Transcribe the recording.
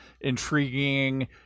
intriguing